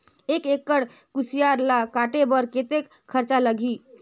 एक एकड़ कुसियार ल काटे बर कतेक खरचा लगही?